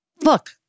look